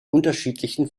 unterschiedlichen